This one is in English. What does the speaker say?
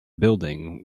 building